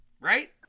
Right